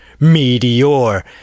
Meteor